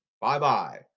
Bye-bye